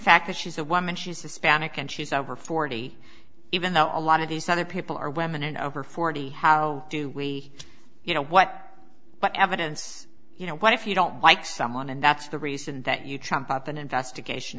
fact that she's a woman she's spanish and she's over forty even though a lot of these other people are women and over forty how do we you know what evidence you know what if you don't like someone and that's the reason that you chomp up an investigation